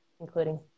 including